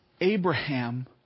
Abraham